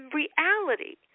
reality